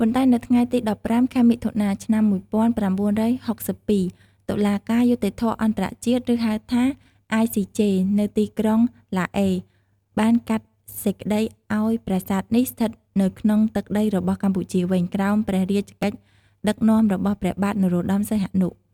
ប៉ុន្តែនៅថ្ងៃទី១៥ ខែមិថុនា ឆ្នាំ ១៩៦២ តុលាការយុត្តិធម៌អន្តរជាតិ ឬហៅថា ICJ នៅទីក្រុងឡាអេ បានកាត់សេចក្តីឱ្យប្រាសាទនេះស្ថិតនៅក្នុងទឹកដីរបស់កម្ពុជាវិញ ក្រោមព្រះរាជកិច្ចដឹកនាំរបស់ព្រះបាទនរោត្តម សីហនុ។